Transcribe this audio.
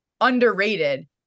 underrated